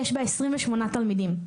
יש בה 28 תלמידים.